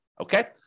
Okay